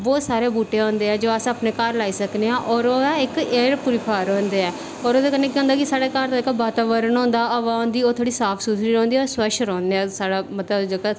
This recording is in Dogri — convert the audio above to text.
बोह्त सारे बूह्टे होंदे ऐं जो अस अपने घर लाई सकने आं होर ओह्दा इक एयर प्यूरीफायर होंदा ऐ होर ओह्दे कन्नै केह् होंदा कि साढ़े घर दा जेह्का वातावरण होंदा हवा होंदी ओह् थोह्ड़ी साफ सुथरी रौंह्दी होर स्वच्छ रौहन्नें अस साढ़ा मतलब जेह्का